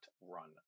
run